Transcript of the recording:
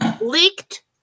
leaked